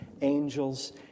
angels